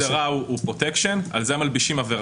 שכל ההגדרה הוא פרוטקשן, על זה מלבישים עבירת...